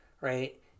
right